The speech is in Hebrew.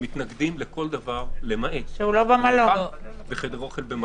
מתנגדים לכל דבר למעט בריכה וחדר אוכל מלון.